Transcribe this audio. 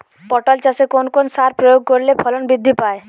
পটল চাষে কোন কোন সার প্রয়োগ করলে ফলন বৃদ্ধি পায়?